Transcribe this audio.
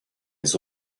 les